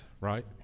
right